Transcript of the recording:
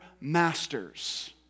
masters